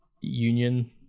Union